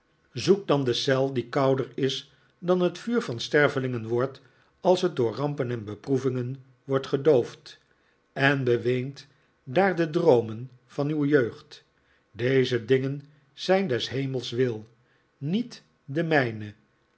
dan de eel die kouder is dan het vuur van stervelingen wordt als het door rampen en beproevingen wordt gedoofd en beweent daar de droomen van uw jeugd deze dingen zijn des hemels wil niet de mijne